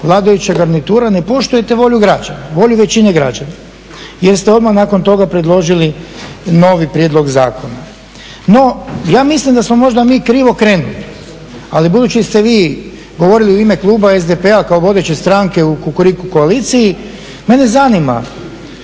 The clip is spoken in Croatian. vladajuća garnitura ne poštujete volju građana, volju većine građana jer ste odmah nakon toga predložili novi prijedlog zakona. No, ja mislim da smo možda mi krivo krenuli ali budući ste vi govorili u ime kluba SDP-a kao vodeće stranke u kukuriku koaliciji mene zanima